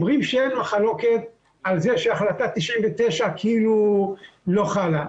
אומרים שאין מחלוקת על זה שהחלטה 99' כאילו לא חלה,